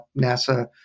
NASA